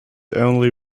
only